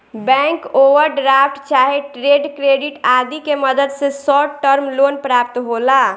bank overdraft चाहे trade credit आदि के मदद से शॉर्ट टर्म लोन प्राप्त होला